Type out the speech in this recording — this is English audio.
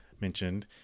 mentioned